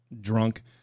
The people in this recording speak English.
drunk